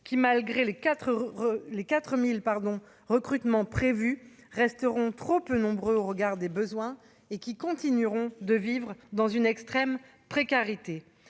quatre mille pardon recrutements prévus resteront trop peu nombreux au regard des besoins et qui continueront de vivre dans une extrême précarité